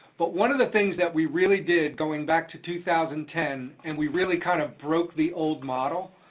but one of the things that we really did going back to two thousand and ten, and we really kind of broke the old model,